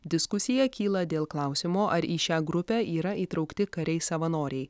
diskusija kyla dėl klausimo ar į šią grupę yra įtraukti kariai savanoriai